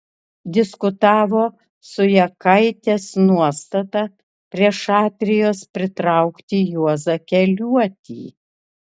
diskutavo su jakaitės nuostata prie šatrijos pritraukti juozą keliuotį